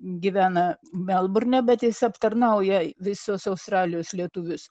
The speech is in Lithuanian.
gyvena melburne bet jis aptarnauja visos australijos lietuvius